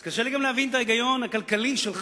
אז קשה לי גם להבין את ההיגיון הכלכלי שלך,